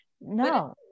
No